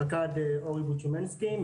פקד אורי בוצ'ומינסקי,